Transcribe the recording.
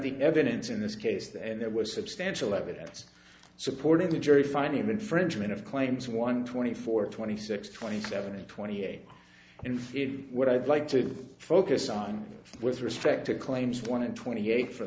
the evidence in this case that there was substantial evidence supporting the jury finding of infringement of claims one twenty four twenty six twenty seven and twenty eight and feed what i'd like to focus on with respect to claims one and twenty eight for